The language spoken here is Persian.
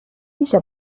میشه